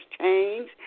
change